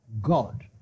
God